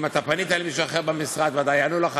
אם אתה פנית אל מישהו אחר במשרד, בוודאי יענו לך.